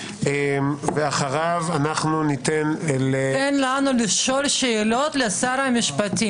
ואחריו ניתן --- תן לנו לשאול שאלות את שר המשפטים.